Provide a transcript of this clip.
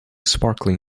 sparkling